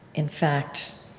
in fact,